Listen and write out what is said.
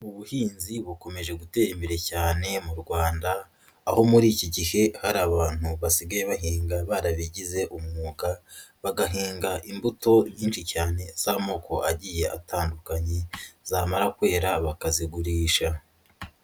Ubuhinzi bukomeje gutera imbere cyane mu Rwanda, aho muri iki gihe hari abantu basigaye bahinga barabigize umwuga, bagahinga imbuto nyinshi cyane z'amoko agiye atandukanye zamara kwera bakazigurisha.